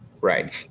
right